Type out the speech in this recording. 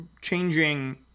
changing